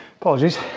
Apologies